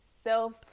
self